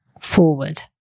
forward